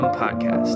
podcast